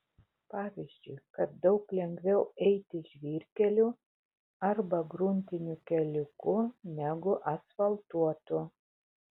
pavyzdžiui kad daug lengviau eiti žvyrkeliu arba gruntiniu keliuku negu asfaltuotu